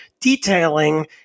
detailing